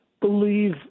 believe